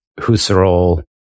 Husserl